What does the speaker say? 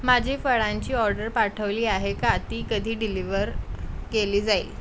माझी फळांची ऑर्डर पाठवली आहे का ती कधी डिलिवर केली जाईल